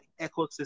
ecosystem